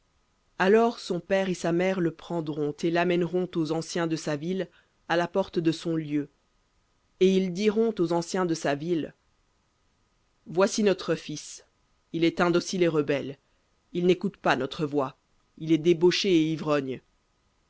alors son père et sa mère le prendront et l'amèneront aux anciens de sa ville à la porte de son lieu et ils diront aux anciens de sa ville voici notre fils il est indocile et rebelle il n'écoute pas notre voix il est débauché et ivrogne